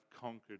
conquered